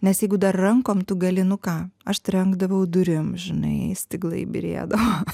nes jeigu dar rankom tu gali nu ką aš trenkdavau durim žinai stiklai byrėdavo